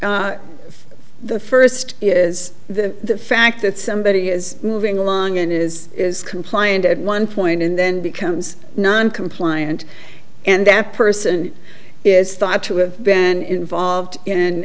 the first is the fact that somebody is moving along and is is compliant at one point and then becomes non compliant and that person is thought to have been involved in